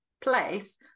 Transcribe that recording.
place